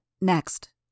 Next